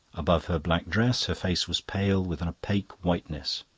above her black dress her face was pale with an opaque whiteness,